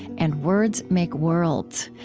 and words make worlds.